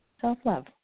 Self-love